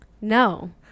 no